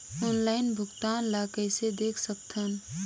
Online भुगतान ल कइसे देख सकथन?